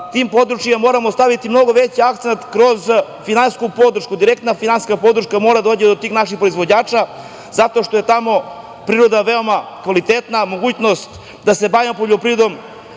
tim područjima moramo staviti mnogo veći akcenat kroz finansijsku podršku. Direktna finansijska podrška mora da dođe do tih naših proizvođača zato što je tamo priroda veoma kvalitetna, mogućnost da se bavimo poljoprivredom